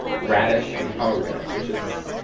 radish, and pomegranate which is